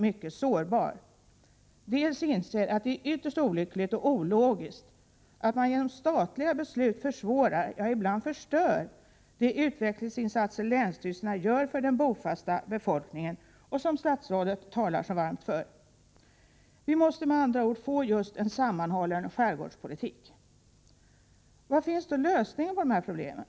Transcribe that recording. mycket sårbar, och dels inser att det är ytterst olyckligt och ologiskt att man genom statliga beslut försvårar — ja, ibland förstör — de utvecklingsinsatser länsstyrelserna gör för den bofasta befolkningen, som statsrådet talar så varmt för. Vi måste med andra ord få just en sammanhållen skärgårdspolitik. Var finns då lösningen på de här problemen?